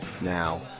now